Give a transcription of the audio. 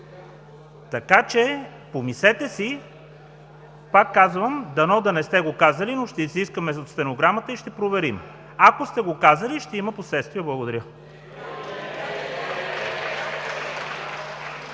Така че, помислете си. Пак казвам – дано да не сте го казали, ще изискаме стенограмата и ще проверим. Ако сте го казали, ще има последствия. Благодаря.